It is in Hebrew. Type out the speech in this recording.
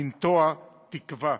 לנטוע תקווה.